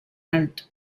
alto